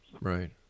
Right